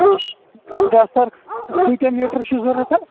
دَسترخان کۭتیاہ میٖٹر چھِ ضروٗرت حظ